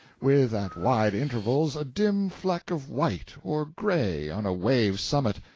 with at wide intervals a dim fleck of white or gray on a wave-summit,